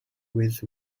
with